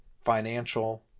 financial